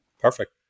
Perfect